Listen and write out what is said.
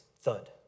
thud